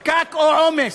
פקק או עומס.